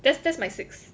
that's that's my six